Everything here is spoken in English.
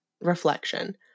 reflection